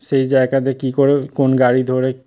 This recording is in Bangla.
সেই জায়গাতে কী করে কোন গাড়ি ধরে